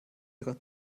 ihrer